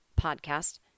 podcast